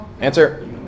Answer